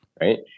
right